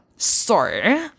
sorry